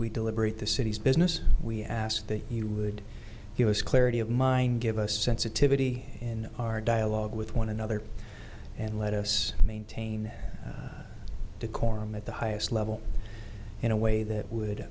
we deliberate the city's business we ask that you would give us clarity of mind give us sensitivity in our dialogue with one another and let us maintain decorum at the highest level in a way that would